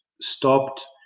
stopped